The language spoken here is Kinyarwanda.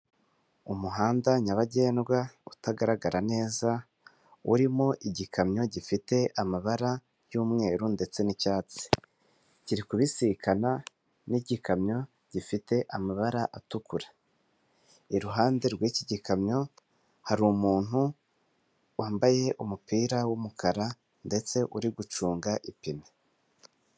Umuhanda nyabagendwa utagaragara neza, urimo igikamyo gifite amabara y'umweru ndetse n'icyatsi, kiri kubisikana n'igikamyo gifite amabara atukura, iruhande rw'iki gikamyo hari umuntu wambaye umupira w'umukara ndetse uri gucunga ipine.